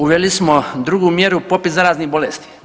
Uveli smo drugu mjeru popis zaraznih bolesti.